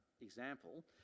example